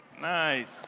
Nice